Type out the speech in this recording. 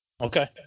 Okay